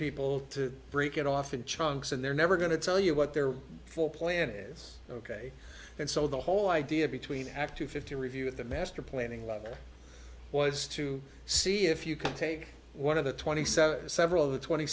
people to break it off in chunks and they're never going to tell you what they're for plan is ok and so the whole idea between after fifty review of the master planning level was to see if you can take one of the twenty seven several of the twenty